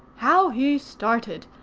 how he started!